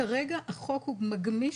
כרגע החוק הוא מגמיש